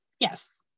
Yes